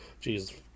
Jesus